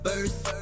First